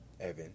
Evan